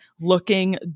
looking